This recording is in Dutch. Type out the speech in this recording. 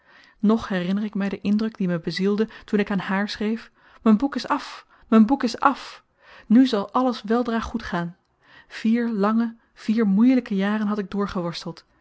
nog herinner ik my den indruk die me bezielde toen ik aan hààr schreef m'n boek is af m'n boek is af nu zal alles weldra goed gaan vier lange vier moeielyke jaren had ik